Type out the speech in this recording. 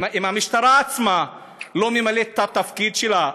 אם המשטרה עצמה לא ממלאת את התפקיד שלה,